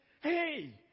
Hey